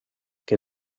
que